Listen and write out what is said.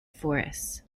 forests